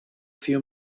few